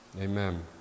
Amen